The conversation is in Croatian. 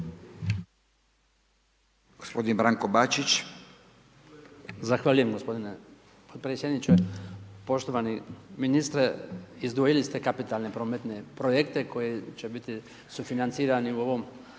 Gospodin Branko Bačić.